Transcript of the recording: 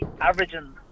averaging